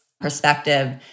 perspective